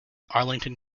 arlington